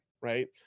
right